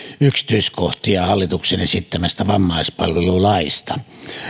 yksityiskohtia hallituksen esittämästä vammaispalvelulaista oman työurani olen ollut käytännön